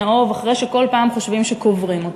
האוב אחרי שכל פעם חושבים שקוברים אותה.